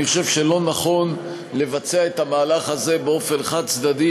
אני חושב שלא נכון לבצע את המהלך הזה באופן חד-צדדי